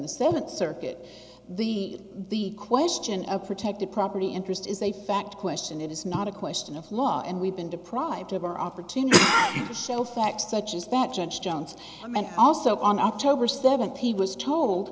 the seventh circuit the the question of protected property interest is a fact question it is not a question of law and we've been deprived of our opportunity to show facts such as that judge jones and also on october seventh he was told